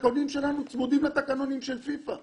התקנונים שלנו צמודים לתקנונים של פיפ"א.